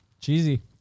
Cheesy